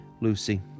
Lucy